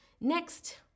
Next